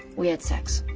we had sex